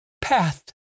path